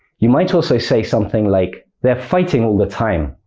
you might also say something like they're fighting all the time